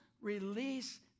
release